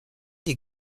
des